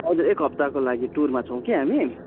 हजुर एक हप्ताको लागि टुरमा छौँ कि हामी